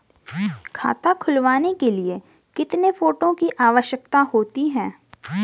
खाता खुलवाने के लिए कितने फोटो की आवश्यकता होती है?